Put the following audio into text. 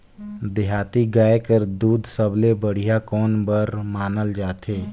देहाती गाय कर दूध सबले बढ़िया कौन बर मानल जाथे?